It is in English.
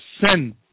sin